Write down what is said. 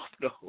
no